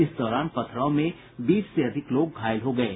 इस दौरान पथराव में बीस से अधिक लोग घायल हो गये